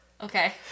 Okay